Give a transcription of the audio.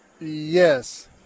Yes